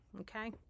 Okay